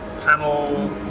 panel